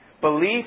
Belief